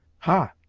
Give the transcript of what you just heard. ha!